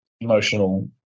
emotional